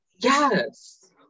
Yes